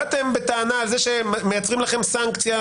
באתם בטענה על זה שמייצרים לכם סנקציה,